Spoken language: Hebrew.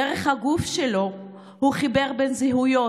דרך הגוף שלו הוא חיבר בין זהויות,